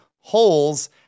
Holes